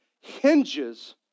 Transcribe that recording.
hinges